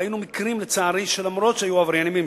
ראינו לצערי מקרים שהיו עברייני מין,